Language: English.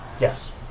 Yes